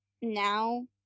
now